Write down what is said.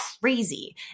crazy